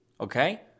Okay